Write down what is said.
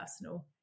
personal